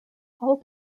all